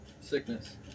sickness